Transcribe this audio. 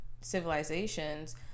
civilizations